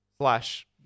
Flash